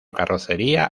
carrocería